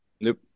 Nope